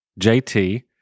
JT